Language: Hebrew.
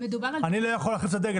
אני לא יכול להחליף את הדגל,